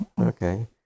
okay